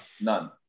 none